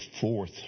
fourth